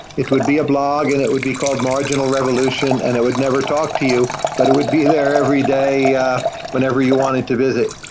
it would be a blog and it would be called marginal revolution and it would never talk to you, but it would be there every day yeah whenever you wanted to visit,